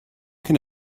can